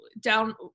down